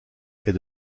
est